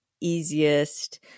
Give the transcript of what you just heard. easiest